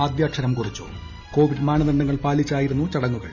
ആദ്യക്ഷരം കുറിച്ചു കോവിഡ് മാന്ദ്രി്ട്ണ്ഡങ്ങൾ പാലിച്ചായിരുന്നു ചടങ്ങുകൾ